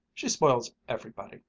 she spoils everybody,